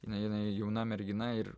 ane jinai jauna mergina ir